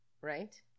Right